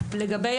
מספרם.